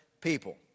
people